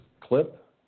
clip